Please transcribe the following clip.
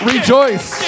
Rejoice